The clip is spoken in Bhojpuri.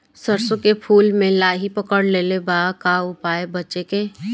सरसों के फूल मे लाहि पकड़ ले ले बा का उपाय बा बचेके?